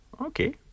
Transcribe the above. Okay